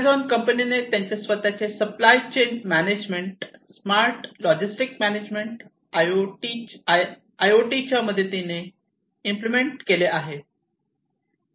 Amazon कंपनीने त्यांचे स्वतःचे supply chain management smart logistic management I O T च्या मदतीने इम्प्लिमेंट केले आहे